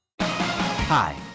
Hi